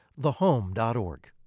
Thehome.org